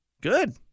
good